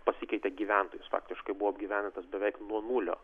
pasikeitė gyventojais faktiškai buvo apgyvendintas beveik nuo nulio